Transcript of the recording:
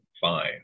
fine